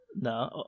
No